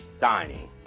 dining